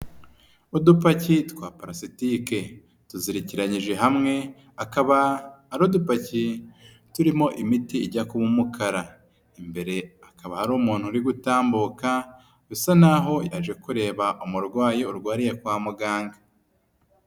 Udupaki twa pulasitike tuzirikiranyije hamwe, akaba ari udupakiye turimo imiti ijya kuba umukara, imbere hakaba hari umuntu uri gutambuka bisa naho yaje kureba umurwayi urwariye kwa muganga.